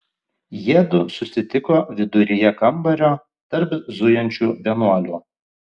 jiedu susitiko viduryje kambario tarp zujančių vienuolių